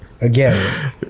again